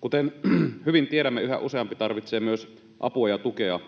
Kuten hyvin tiedämme, yhä useampi tarvitsee myös apua ja tukea